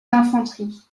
d’infanterie